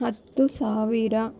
ಹತ್ತು ಸಾವಿರ